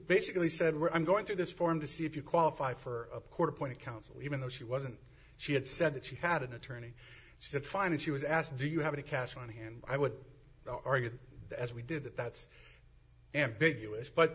basically said were i'm going through this forum to see if you qualify for a court appointed counsel even though she wasn't she had said that she had an attorney she said fine and she was asked do you have any cash on hand i would argue as we did that that's ambiguous